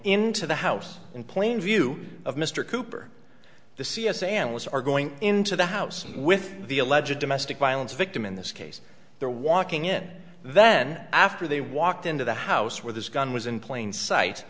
into the house in plain view of mr cooper the c s analysts are going into the house with the alleged domestic violence victim in this case they're walking in then after they walked into the house where this gun was in plain sight